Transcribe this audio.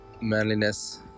manliness